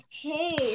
hey